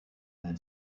man